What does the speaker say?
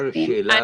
אפשר שאלה?